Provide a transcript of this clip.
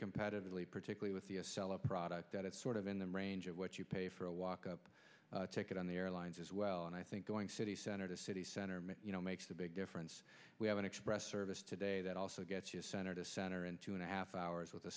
competitively particularly with the sell a product that is sort of in the range of what you pay for a walk up ticket on the airlines as well and i think going to city center to city center you know makes a big difference we have an express service today that also gets center to center in two and a half hours with a